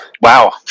Wow